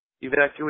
Evacuate